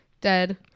dead